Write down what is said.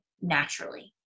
naturally